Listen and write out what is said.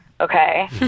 Okay